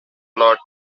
lot